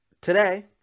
Today